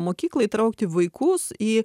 mokyklą įtraukti vaikus į